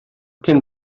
cyn